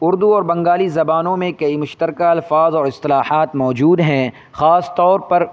اردو اور بنگالی زبانوں میں کئی مشترکہ الفاظ اور اصطلاحات موجود ہیں خاص طور پر